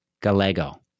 Gallego